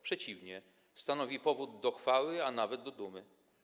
Przeciwnie, stanowi powód do chwały, a nawet do dumy.